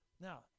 Now